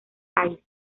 aires